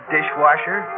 Dishwasher